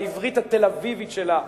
בעברית התל-אביבית שלה,